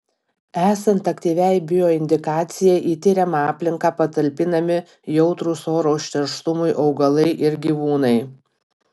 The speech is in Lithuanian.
esant aktyviai bioindikacijai į tiriama aplinką patalpinami jautrūs oro užterštumui augalai ir gyvūnai